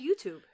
YouTube